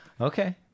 Okay